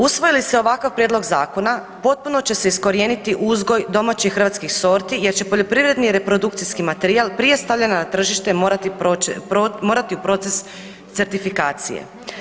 Usvojili se ovakav prijedlog zakona, potpuno će se iskorijeniti uzgoj domaćih hrvatskih sorti jer će poljoprivredni reprodukcijski materijal prije stavljanja na tržište, morati proć proces certifikacije.